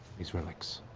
these relics.